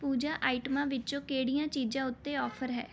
ਪੂਜਾ ਆਈਟਮਾਂ ਵਿੱਚੋਂ ਕਿਹੜੀਆਂ ਚੀਜ਼ਾਂ ਉੱਤੇ ਆਫਰ ਹੈ